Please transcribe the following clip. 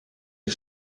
die